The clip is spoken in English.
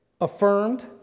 affirmed